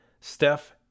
Steph